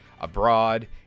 abroad